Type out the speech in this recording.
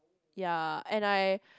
ya and I